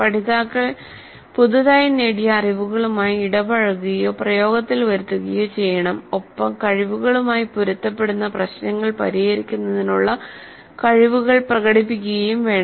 പഠിതാക്കൾ പുതുതായി നേടിയ അറിവുകളുമായി ഇടപഴകുകയോ പ്രയോഗത്തിൽ വരുത്തുകയോ ചെയ്യണം ഒപ്പം കഴിവുകളുമായി പൊരുത്തപ്പെടുന്ന പ്രശ്നങ്ങൾ പരിഹരിക്കുന്നതിനുള്ള കഴിവുകൾ പ്രകടിപ്പിക്കുകയും വേണം